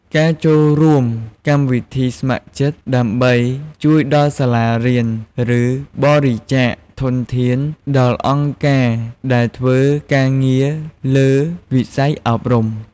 ចូលរួមក្នុងកម្មវិធីស្ម័គ្រចិត្តដើម្បីជួយដល់សាលារៀន ឬបរិច្ចាគធនធានដល់អង្គការដែលធ្វើការងារលើវិស័យអប់រំ។